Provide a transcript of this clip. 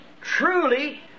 truly